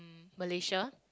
Malaysia